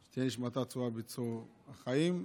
שתהא נשמתה צרורה בצרור החיים,